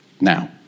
now